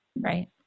Right